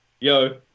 Yo